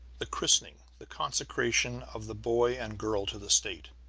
the christening, the consecration of the boy and girl to the state.